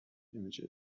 images